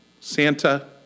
Santa